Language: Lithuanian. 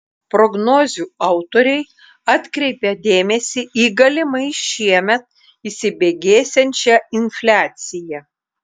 prognozių autoriai atkreipia dėmesį į galimai šiemet įsibėgėsiančią infliaciją